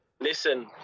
Listen